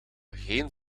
geen